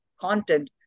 content